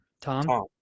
Tom